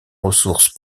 ressources